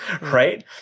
Right